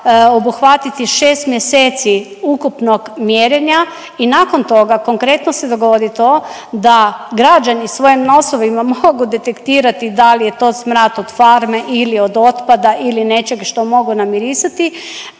obuhvatiti 6 mjeseci ukupnog mjerenja i nakon toga konkretno se dogodi to da građani svojim nosovima mogu detektirati da li je to smrad od farme ili od otpada ili nečeg što mogu namirisati.